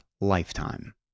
lifetime